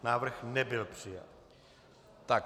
Návrh nebyl přijat.